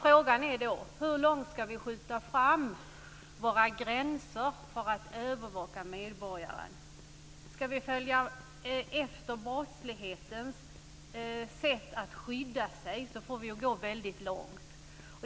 Frågan är då: Hur långt ska vi skjuta fram våra gränser för att övervaka medborgare? Ska vi följa efter brottslighetens sätt att skydda sig så får vi ju gå väldigt långt.